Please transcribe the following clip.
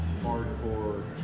hardcore